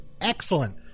excellent